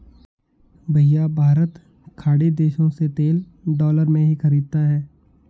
भैया भारत खाड़ी देशों से तेल डॉलर में ही खरीदता है